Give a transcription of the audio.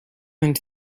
into